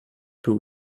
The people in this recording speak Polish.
był